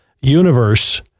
universe